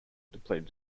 depleted